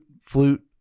flute